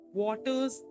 waters